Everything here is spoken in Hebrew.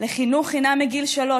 לחינוך חינם מגיל שלוש,